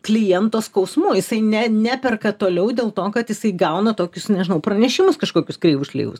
kliento skausmu jisai ne neperka toliau dėl to kad jisai gauna tokius nežinau pranešimus kažkokius kreivus šleivus